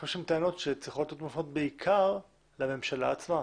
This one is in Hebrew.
אלה טענות שצריכות להיות מופנות בעיקר לממשלה עצמה,